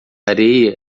areia